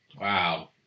Wow